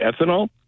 ethanol